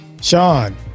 sean